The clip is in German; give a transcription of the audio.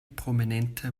prominente